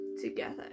together